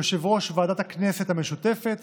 יושב-ראש ועדת הכנסת המשותפת,